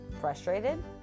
Frustrated